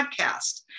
podcast